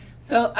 so,